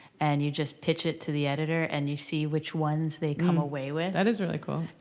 and you just pitch it to the editor and you see which ones they come away with. that is really cool.